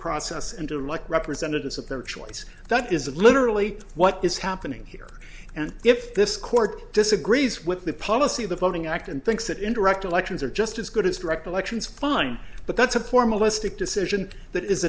process and to elect representatives of their choice that is literally what is happening here and if this court disagrees with the policy of the voting act and thinks that indirect elections are just as good as direct elections fine but that's a poor molested decision that is